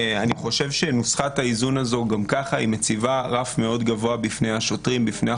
אני חושב שנוסחת האיזון הזאת מציבה גם ככה רף מאוד גבוה בפני השוטרים,